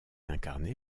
incarné